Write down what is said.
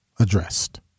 addressed